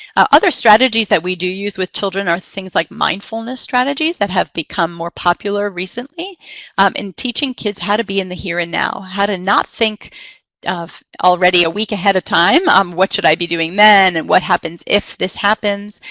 other strategies that we do use with children are things like mindfulness strategies that have become more popular recently um in teaching kids how to be in the here and now, how to not think already a week ahead of time um what should i be doing then, and what happens if this happens,